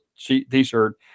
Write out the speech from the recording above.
t-shirt